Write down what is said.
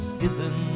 given